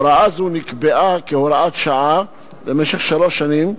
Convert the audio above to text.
הוראה זו נקבעה כהוראת שעה לשלוש שנים,